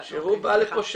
שהוא בא לפה,